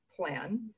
plan